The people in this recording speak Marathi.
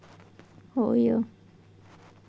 शेंगे लाल मातीयेत येतत काय?